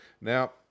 Now